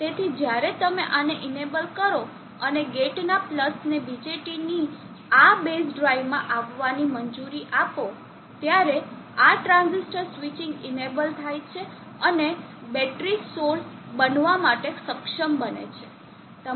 તેથી જ્યારે તમે આને ઇનેબલ કરો અને ગેટના પ્લસને BJTની આ બેઝ ડ્રાઇવમાં આવવાની મંજૂરી આપો ત્યારે આ ટ્રાંઝિસ્ટર સ્વિચિંગ ઇનેબલ થાય છે અને બેટરી સોર્સ બનવા માટે સક્ષમ બને છે